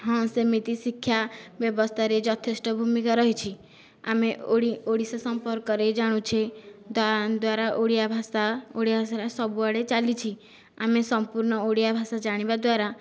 ହଁ ସେମିତି ଶିକ୍ଷା ବ୍ୟବସ୍ଥାରେ ଯଥେଷ୍ଟ ଭୂମିକା ରହିଛି ଆମେ ଓଡ଼ିଓଡ଼ିଶା ସମ୍ପର୍କରେ ଜାଣୁଛେ ତାଦ୍ଵାରା ଓଡ଼ିଆ ଭାଷା ଓଡ଼ିଆ ଭାଷାଗୁରା ସବୁଆଡ଼େ ଚାଲିଛି ଆମେ ସମ୍ପୂର୍ଣ୍ଣ ଓଡ଼ିଆ ଭାଷା ଜାଣିବା ଦ୍ଵାରା